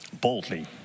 Boldly